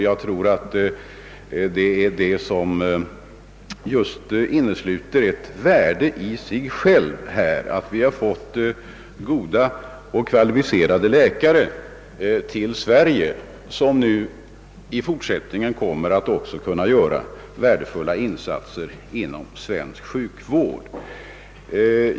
Jag tror att detta i sig självt innesluter ett värde — vi har fått goda och kvalificerade läkare till Sverige, som i fortsättningen kommer att kunna göra värdefulla insatser inom svensk sjukvård.